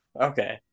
okay